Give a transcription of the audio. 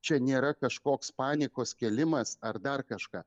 čia nėra kažkoks panikos kėlimas ar dar kažką